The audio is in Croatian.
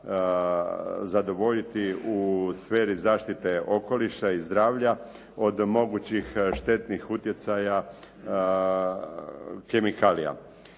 zadovoljiti u sferi zaštite okoliša i zdravlja od mogućih štetnih utjecaja kemikalija.